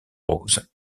roses